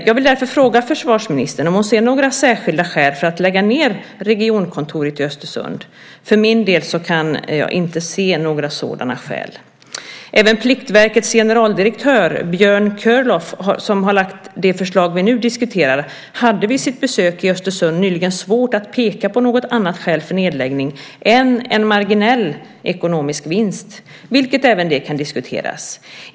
Jag vill därför fråga försvarsministern om hon ser några särskilda skäl för att lägga ned regionkontoret i Östersund. För min del kan jag inte se några sådana skäl. Även Pliktverkets generaldirektör Björn Körlof, som har lagt fram det förslag som vi nu diskuterar, hade vid sitt besök i Östersund nyligen svårt att peka på något annat skäl för nedläggning än en marginell ekonomisk vinst, vilket även det kan diskuteras.